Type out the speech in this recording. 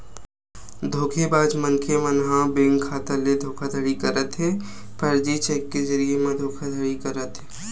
धोखेबाज मनखे मन ह बेंक खाता ले धोखाघड़ी करत हे, फरजी चेक के जरिए म धोखाघड़ी करत हे